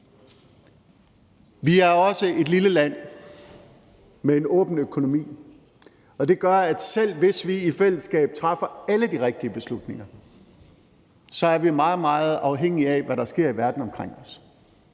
Vi er også et lille land med en åben økonomi, og det gør, at selv hvis vi i fællesskab træffer alle de rigtige beslutninger, er vi meget, meget afhængige af, hvad der sker i verden omkring os.